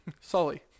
Sully